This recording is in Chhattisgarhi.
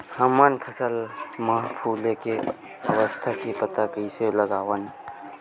हमन फसल मा फुले के अवस्था के पता कइसे लगावन?